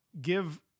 give